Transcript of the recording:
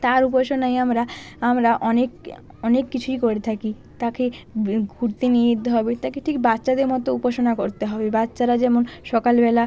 তার উপাসনায় আমরা আমরা অনেক অনেক কিছুই করে থাকি তাকে বি ঘুরতে নিয়ে যেতে হবে তাকে ঠিক বাচ্চাদের মতো উপাসনা করতে হবে বাচ্চারা যেমন সকালবেলা